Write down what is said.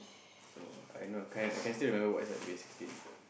so I know the kind I can still remember what's at the age sixteen